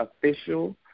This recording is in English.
Official